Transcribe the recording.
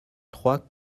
trois